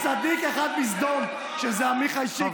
אבל יש צדיק אחד בסדום, שזה עמיחי שיקלי.